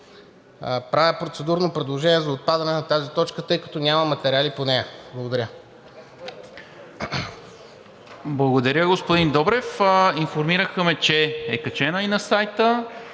Правя процедурно предложение за отпадане на тази точка, тъй като няма материали по нея. Благодаря. ПРЕДСЕДАТЕЛ НИКОЛА МИНЧЕВ: Благодаря, господин Добрев. Информираха ме, че е качен и на сайта,